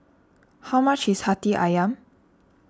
how much is Hati Ayam